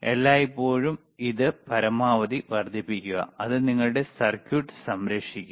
എല്ലായ്പ്പോഴും ഇത് പരമാവധി വർദ്ധിപ്പിക്കുക അത് നിങ്ങളുടെ സർക്യൂട്ട് സംരക്ഷിക്കും